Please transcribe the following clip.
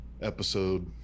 episode